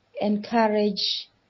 encourage